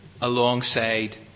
alongside